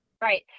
right